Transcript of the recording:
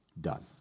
Done